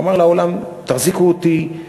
אמר לעולם: תחזיקו אותי,